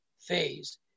phase